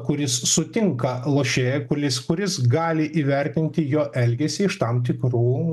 kuris sutinka lošėją kuris kuris gali įvertinti jo elgesį iš tam tikrų